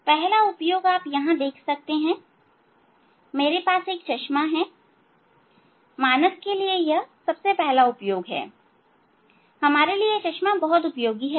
पहला उपयोग आप देख सकते हैं कि मेरे पास चश्मा है मानव के लिए यह पहला उपयोग हमारे लिए चश्मे बहुत उपयोगी है